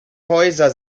häuser